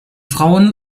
frauen